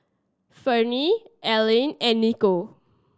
Ferne Alleen and Nicole